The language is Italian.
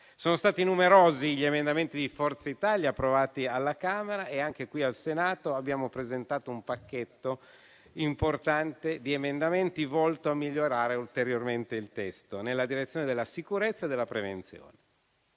Sono stati numerosi gli emendamenti di Forza Italia approvati alla Camera, e anche qui al Senato abbiamo presentato un pacchetto importante di emendamenti volto a migliorare ulteriormente il testo nella direzione della sicurezza e della prevenzione.